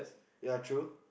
ya true